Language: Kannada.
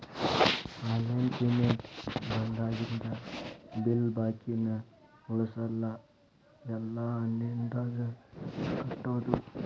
ಆನ್ಲೈನ್ ಪೇಮೆಂಟ್ ಬಂದಾಗಿಂದ ಬಿಲ್ ಬಾಕಿನ ಉಳಸಲ್ಲ ಎಲ್ಲಾ ಆನ್ಲೈನ್ದಾಗ ಕಟ್ಟೋದು